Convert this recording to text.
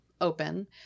open